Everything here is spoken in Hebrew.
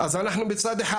אנחנו בצד אחד.